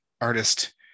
artist